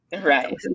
Right